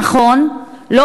נכון, לא